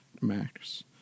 Max